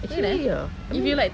actualy ya I mean